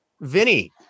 Vinny